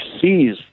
seize